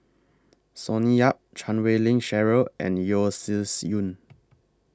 Sonny Yap Chan Wei Ling Cheryl and Yeo Shih Yun